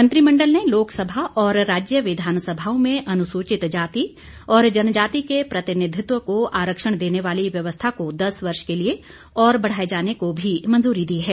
मंत्रिमण्डल ने लोकसभा और राज्य विधानसभाओं में अनुसूचित जाति और जनजाति के प्रतिनिधित्व को आरक्षण देने वाली व्यवस्था को दस वर्ष के लिए और बढ़ाए जाने को भी मंजूरी दी है